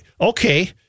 Okay